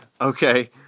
Okay